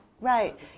Right